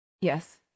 yes